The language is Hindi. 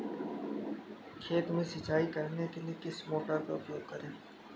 खेत में सिंचाई करने के लिए किस मोटर का उपयोग करें?